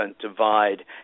divide